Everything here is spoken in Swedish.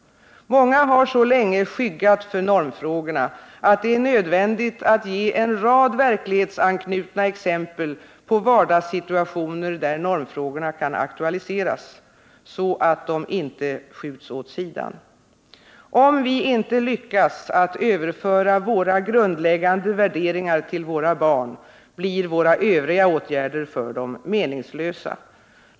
Många har så länge skyggat för normfrågorna att det är nödvändigt att ge en rad verklighetsanknutna exempel på vardagssituationer där normfrågorna kan aktualiseras, så att de inte skjuts åt sidan. Om vi inte lyckas att överföra våra grundläggande värderingar till våra barn, blir våra övriga åtgärder för dem meningslösa.